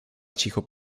cicho